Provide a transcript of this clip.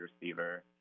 receiver